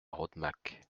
rodemack